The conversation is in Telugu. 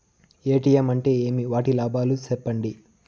ఎ.టి.ఎం అంటే ఏమి? వాటి లాభాలు సెప్పండి